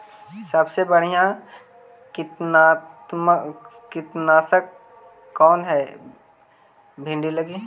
सबसे बढ़िया कित्नासक कौन है भिन्डी लगी?